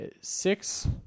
six